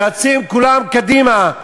ורצים כולם קדימה: